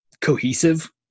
cohesive